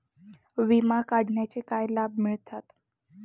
विमा काढण्याचे काय लाभ मिळतात?